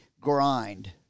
grind